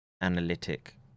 analytic